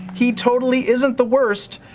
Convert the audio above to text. he totally isn't the worst.